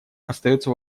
остается